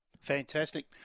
Fantastic